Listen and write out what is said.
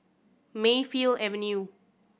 Mayfield Avenue